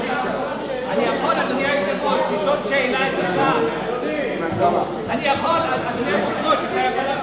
אדוני היושב-ראש, אני מודה לך.